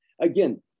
Again